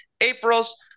April's